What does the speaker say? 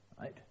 right